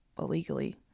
illegally